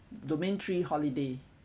domain three holiday